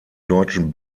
deutschen